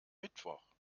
mittwoch